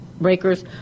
breakers